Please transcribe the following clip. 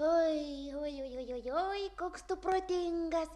oi oi oi koks tu protingas